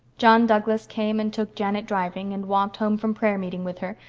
john douglas came and took janet driving, and walked home from prayer-meeting with her,